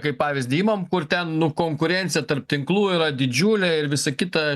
kaip pavyzdį imam kur nu ten konkurencija tarp tinklų yra didžiulė ir visa kita